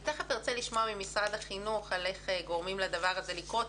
תיכף ארצה לשמוע ממשרד החינוך על איך גורמים לדבר הזה לקרות.